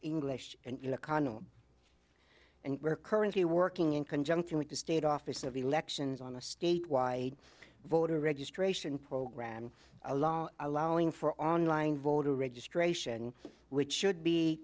english and connell and we're currently working in conjunction with the state office of elections on the state why voter registration program a law allowing for online voter registration which should be